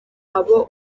abo